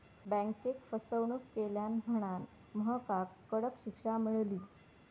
बँकेक फसवणूक केल्यान म्हणांन महकाक कडक शिक्षा मेळली